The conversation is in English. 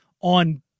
on